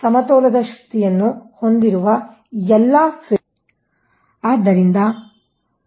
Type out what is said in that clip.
ಆ ಸಮತೋಲನದ ಶಕ್ತಿಯನ್ನು ಹೊಂದಿರುವ ಎಲ್ಲಾ 3 ಫೇಸ್ ಗಳಿಂದ